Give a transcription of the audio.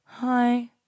hi